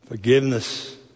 Forgiveness